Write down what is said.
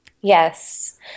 Yes